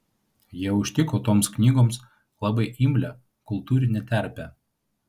jie užtiko toms knygoms labai imlią kultūrinę terpę